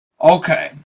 Okay